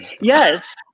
Yes